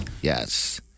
Yes